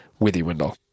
withywindle